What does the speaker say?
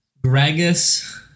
Gragas